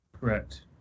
Correct